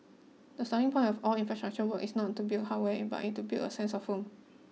the starting point of all these infrastructure work is not to build hardware but to build a sense of home